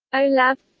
olav